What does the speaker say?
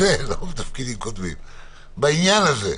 בעניין הזה?